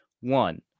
One